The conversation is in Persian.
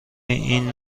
این